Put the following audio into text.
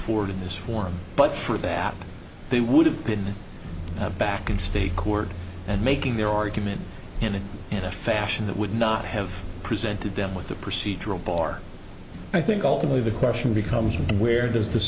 forward in this form but for that they would have been back in state court and making their argument and in a fashion that would not have presented them with the procedural bar i think ultimately the question becomes where does the